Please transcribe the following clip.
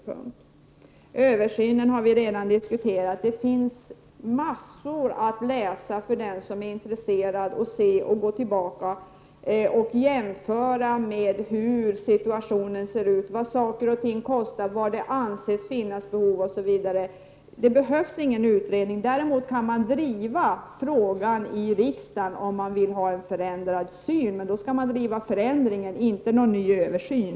Översynen har vi redan diskuterat. För den som är intresserad finns det massor att läsa, gå igenom och jämföra med för att se hur situationen är, vad saker och ting kostar och vad det anses finnas behov av. Det behövs ingen utredning. Däremot kan man driva frågan i riksdagen om man vill ha en förändrad syn. Men då skall man verka för en förändring, inte någon ny översyn.